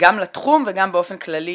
גם לתחום וגם באופן כללי